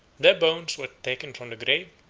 their bones were taken from the grave,